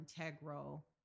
integral